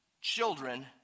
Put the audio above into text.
children